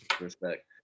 respect